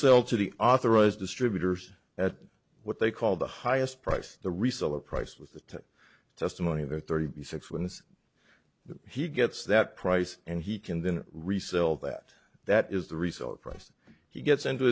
sell to the authorized distributors at what they call the highest price the reseller price with the testimony of their thirty six wins if he gets that price and he can then resell that that is the result price he gets into